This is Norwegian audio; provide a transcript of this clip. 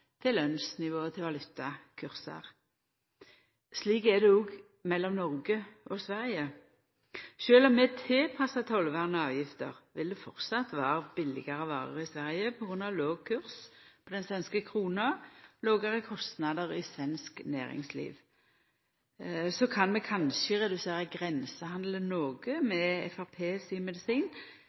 til lønnsnivå og til valutakursar. Slik er det òg mellom Noreg og Sverige. Sjølv om vi tilpassar tollvern og avgifter, vil det framleis vera billigare varer i Sverige på grunn av låg kurs på den svenske krona og lågare kostnader i svensk næringsliv. Vi kan kanskje redusera grensehandelen noko med Framstegspartiet sin medisin,